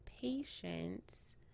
patience